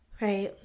right